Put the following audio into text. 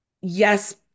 yes